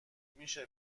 میشه